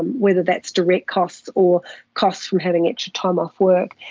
whether that's direct costs or costs from having extra time off work.